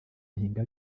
ahinga